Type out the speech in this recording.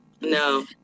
No